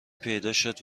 پیداشد